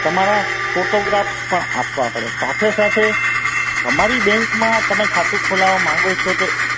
તમારા ફોટોગ્રાફ્સ પણ આપવા પડે સાથે સાથે અમારી બેંકમાં તમે ખાતું ખોલાવવા માગો છો તો